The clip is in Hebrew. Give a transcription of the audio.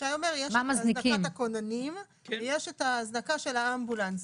שי אומר - יש את הזנקת הכוננים ויש את ההזנקה של האמבולנסים.